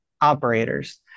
operators